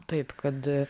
taip kad